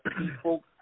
people